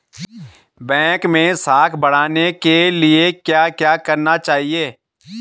Bank मैं साख बढ़ाने के लिए क्या क्या करना चाहिए?